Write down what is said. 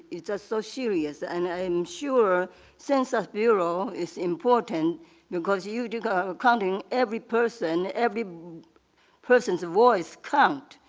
it's ah so serious and i'm sure census bureau is important because you are counting every person, every person's voice counts.